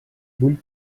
vull